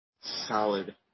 Solid